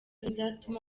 izatuma